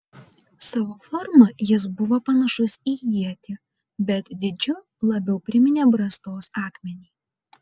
savo forma jis buvo panašus į ietį bet dydžiu labiau priminė brastos akmenį